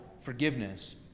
forgiveness